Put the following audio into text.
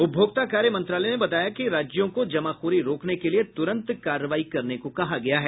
उपभोक्ता कार्य मंत्रालय ने बताया कि राज्यों को जमाखोरी रोकने के लिए तुरंत कार्रवाई करने को कहा गया है